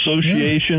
association